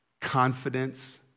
confidence